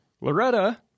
Loretta